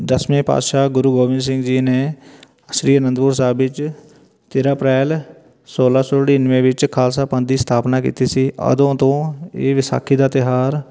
ਦਸਵੇਂ ਪਾਤਸ਼ਾਹ ਗੁਰੂ ਗੋਬਿੰਦ ਸਿੰਘ ਜੀ ਨੇ ਸ਼੍ਰੀ ਆਨੰਦਪੁਰ ਸਾਹਿਬ ਵਿੱਚ ਤੇਰ੍ਹਾਂ ਅਪ੍ਰੈਲ ਸੋਲ੍ਹਾਂ ਸੌ ਨੜਿਨਵੇਂ ਵਿੱਚ ਖਾਲਸਾ ਪੰਥ ਦੀ ਸਥਾਪਨਾ ਕੀਤੀ ਸੀ ਉਦੋਂ ਤੋਂ ਇਹ ਵਿਸਾਖੀ ਦਾ ਤਿਉਹਾਰ